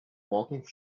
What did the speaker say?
walking